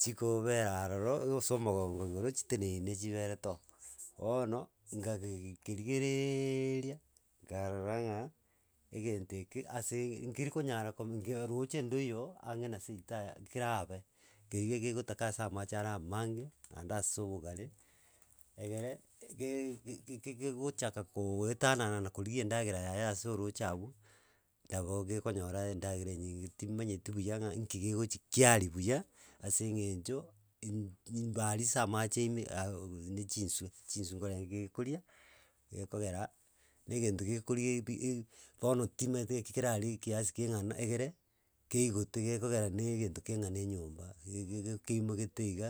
chikooobera aroro egosoa omogongo igoro chiteneine chiberete oo bono, nkagegi keri kereeeeeria, nkarora ng'a egento eke ase nkeri nkoyara kom nge roche ndoiyo ang'e na seito a kerabe, kegio kegotaka ase amache are amange naende ase obogare, egere ge gege kegochaka gooetanana na korigia endagera yaye ase oroche abwo, nabo gekonyora endagera enyinge timanyeti buya ng'a nki kegochia kiaria buya, ase eng'encho mh mh imbaria ase amache ime aoowuuee na chinswe, chinswe ngorenge ekoria gekogera na gento gekoria ebi eb bono timaeti naki kerarie ekeasi keng'ana egere keigote gekogera na egento keng'ana enyomba gege keimogete iga